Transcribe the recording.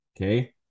Okay